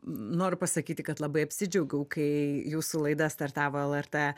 noriu pasakyti kad labai apsidžiaugiau kai jūsų laida startavo lrt